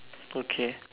okay